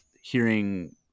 hearing